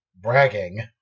bragging